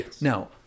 Now